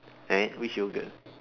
eh which yogurt